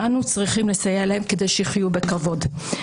אנו צריכים לסייע להם כדי שיחיו בכבוד.